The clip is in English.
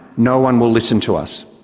no one will listen to us.